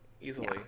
Easily